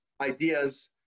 ideas